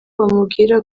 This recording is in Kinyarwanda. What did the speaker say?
bamubwiraga